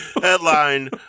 Headline